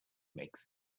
makes